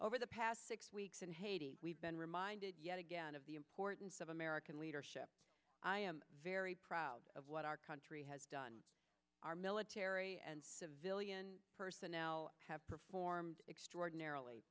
over the past six weeks in haiti we've been reminded yet again of the importance of american leadership i am very proud of what our country has done our military and civilian personnel have performed extraordinarily